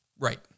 Right